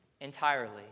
entirely